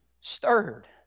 stirred